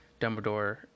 Dumbledore